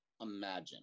imagine